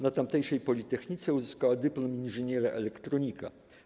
Na tamtejszej politechnice uzyskała dyplom inżyniera elektronika.